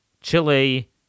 Chile